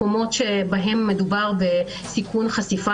אולמות אירועים או מקומות שבהם מדובר בסיכון חשיפה